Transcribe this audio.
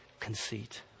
conceit